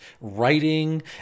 writing